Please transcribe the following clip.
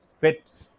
fits